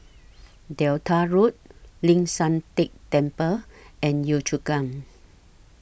Delta Road Ling San Teng Temple and Yio Chu Kang